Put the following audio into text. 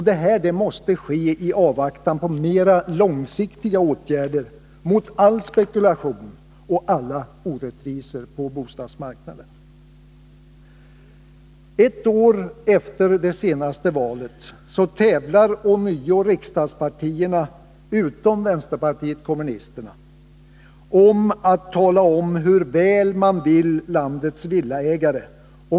Detta behövs i avvaktan på mer långsiktiga åtgärder mot all spekulation och alla orättvisor på bostadsmarknaden. Ett år efter det senaste valet tävlar ånyo riksdagspartierna, utom vänsterpartiet kommunisterna, om att tala om hur väl man vill landets villaägare.